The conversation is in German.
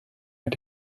mit